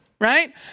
right